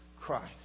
Christ